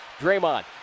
Draymond